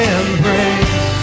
embrace